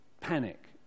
panic